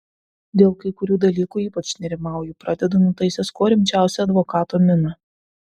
dėl kai kurių dalykų ypač nerimauju pradedu nutaisęs kuo rimčiausią advokato miną